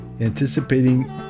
Anticipating